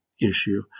issue